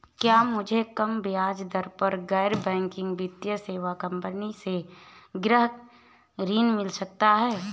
क्या मुझे कम ब्याज दर पर गैर बैंकिंग वित्तीय सेवा कंपनी से गृह ऋण मिल सकता है?